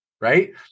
right